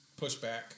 pushback